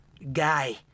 guy